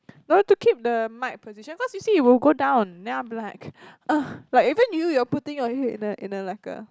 no to keep the mic position cause you see it will go down then I'm like !ugh! like even you you are putting your head in a in a like a